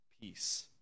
peace